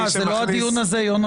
זה לא הדיון הזה יונתן,